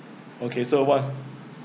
okay so what